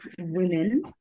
women